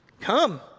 Come